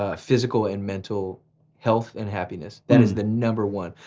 ah physical and mental health and happiness. that is the number one.